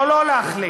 להחליט, או לא להחליט,